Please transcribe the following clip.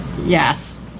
Yes